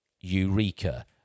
eureka